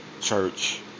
church